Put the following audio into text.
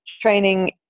training